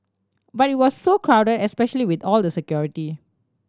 but it was so crowded especially with all the security